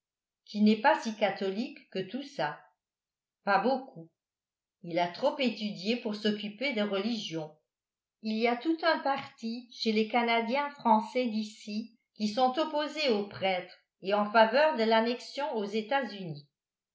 qui n'est pas si catholique que tout ça pas beaucoup il a trop étudié pour s'occuper de religion il y a tout un parti chez les canadiens français d'ici qui sont opposés aux prêtres et en faveur de l'annexion aux etats-unis